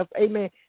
amen